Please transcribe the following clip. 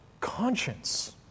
conscience